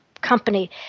company